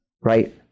Right